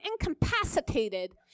incapacitated